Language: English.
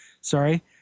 sorry